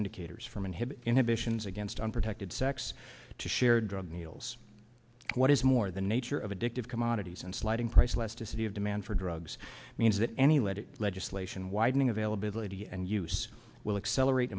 indicators from inhibit inhibitions against unprotected sex to shared drug deals what is more the nature of addictive commodities and sliding price less to city of demand for drugs means that any legit legislation widening availability and use will accelerate